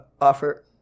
offer